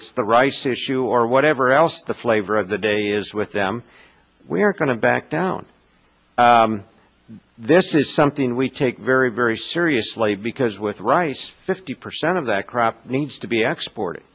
it's the rice issue or whatever else the flavor of the day is with them we are going to back down this is something we take very very seriously because with rice fifty percent of that crop needs to be export